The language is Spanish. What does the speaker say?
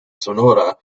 sonora